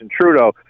Trudeau